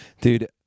dude